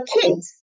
kids